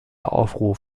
aufruf